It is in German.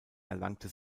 erlangte